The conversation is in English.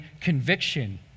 conviction